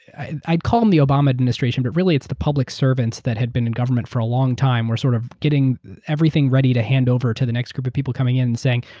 i call them the obama administration, but really, it's the public servants that had been in government for a long time were sort of getting everything ready to hand over to the next group of people coming in and saying,